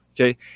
okay